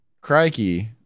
Crikey